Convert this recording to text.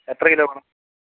എത്ര കിലോ വേണം